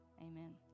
Amen